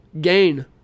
gain